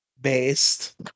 Based